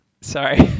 sorry